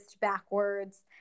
backwards